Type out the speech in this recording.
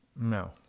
No